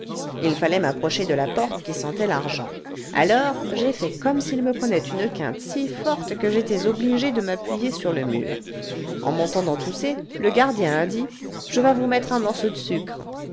il fallait m'approcher de la porte qui sentait l'argent alors j'ai fait comme s'il me prenait une quinte si forte que j'étais obligée de m'appuyer sur le mur en m'entendant tousser le gardien a dit je vas vous mettre un morceau de sucre